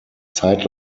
zeit